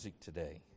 today